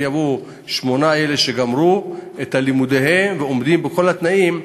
אם יבואו שמונה שגמרו את לימודיהם ועומדים בכל התנאים,